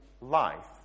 life